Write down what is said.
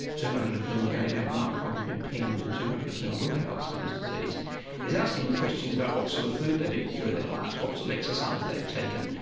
two hundred of whom are going to have mild cognitive impairment and two hundred of whom will have alzheimer's disease is asking them questions about what sort of food they've eaten through their lives, what sort so of exercise they've taken.